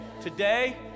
Today